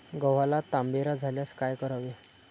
गव्हाला तांबेरा झाल्यास काय करावे?